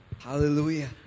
Hallelujah